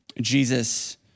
Jesus